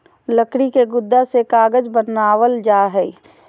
लकड़ी के गुदा से कागज बनावल जा हय